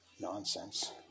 Nonsense